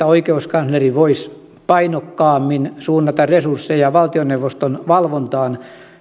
oikeuskansleri voisi painokkaammin suunnata resursseja valtioneuvoston valvontaan